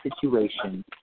situation